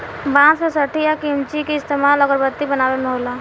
बांस के सठी आ किमची के इस्तमाल अगरबत्ती बनावे मे होला